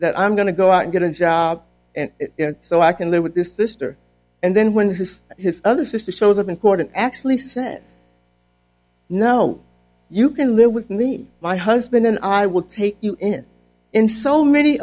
that i'm going to go out and get a job and so i can live with this sister and then when his his other sister shows up in court and actually sense no you can live with me my husband and i will take you in in so many